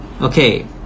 Okay